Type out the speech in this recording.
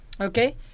Okay